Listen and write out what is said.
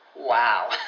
Wow